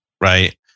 Right